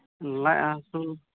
ᱞᱟᱡ ᱦᱟᱹᱥᱩ